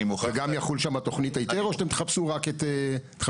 וגם תחול שם תכנית היתר או שאתם תחפשו רק את המרכז?